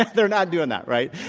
they're not doing that, right?